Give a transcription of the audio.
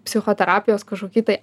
psichoterapijos kažkokį tai